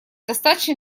достаточно